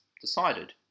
decided